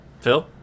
phil